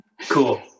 Cool